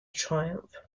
triumph